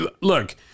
Look